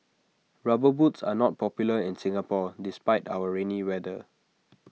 rubber boots are not popular in Singapore despite our rainy weather